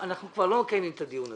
אנחנו כבר לא מקיימים את הדיון הזה.